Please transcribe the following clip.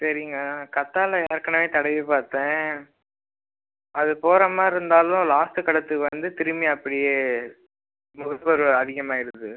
சரிங்க கத்தாழை ஏற்கனவே தடவி பார்த்தேன் அது போகிற மாதிரி இருந்தாலும் லாஸ்ட்டு கட்டத்துக்கு வந்து திரும்பி அப்படியே முகப்பரு அதிகமாகிடுது